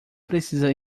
precisa